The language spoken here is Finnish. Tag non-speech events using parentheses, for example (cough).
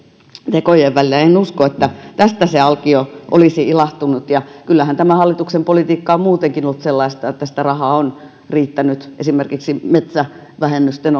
tekojen välillä en usko että tästä se alkio olisi ilahtunut ja kyllähän tämä hallituksen politiikka on muutenkin ollut sellaista että sitä rahaa on riittänyt esimerkiksi metsävähennysten (unintelligible)